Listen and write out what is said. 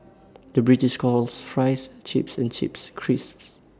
the British calls Fries Chips and Chips Crisps